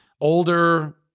older